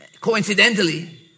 coincidentally